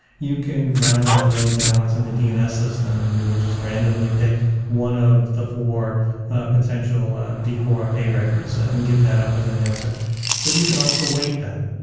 you can round robin load-balance ion and the dns system and we will just randomly pick one of the four potential v four a records and give that up as an answer but you can also weight them.